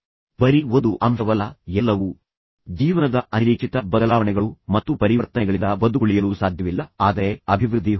ಬರಿ ಒಂದು ಅಂಶವಲ್ಲ ಎಲ್ಲವೂ ಜೀವನದ ಅನಿರೀಕ್ಷಿತ ಬದಲಾವಣೆಗಳು ಮತ್ತು ಪರಿವರ್ತನೆಗಳಿಂದ ಬದುಕುಳಿಯಲು ಸಾಧ್ಯವಿಲ್ಲ ಆದರೆ ಅಭಿವೃದ್ಧಿ ಹೊಂದಬಹುದು